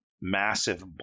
massive